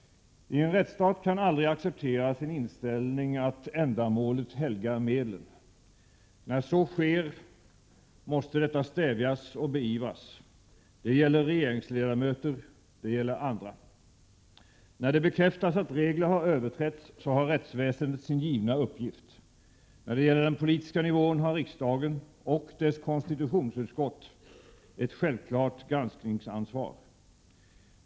I en rättsstat kan aldrig accepteras en inställning att ”ändamålet helgar medlen”. När så sker, måste detta stävjas och beivras. Det gäller regeringsledamöter, det gäller andra. När det bekräftas att regler har överträtts, har rättsväsendet sin givna uppgift. När det gäller den politiska nivån har riksdagen — och dess konstitutionsutskott — ett självklart granskningsansvar.